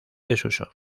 desuso